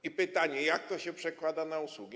I pytanie: Jak to się przekłada na usługi?